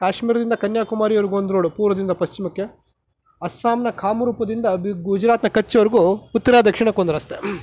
ಕಾಶ್ಮೀರದಿಂದ ಕನ್ಯಾಕುಮಾರಿವರೆಗೂ ಒಂದು ರೋಡು ಪೂರ್ವದಿಂದ ಪಶ್ಚಿಮಕ್ಕೆ ಅಸ್ಸಾಮ್ನ ಕಾಮರೂಪದಿಂದ ಗುಜರಾತ್ನ ಕಚ್ವರೆಗೂ ಉತ್ತರ ದಕ್ಷಿಣಕ್ಕೊಂದು ರಸ್ತೆ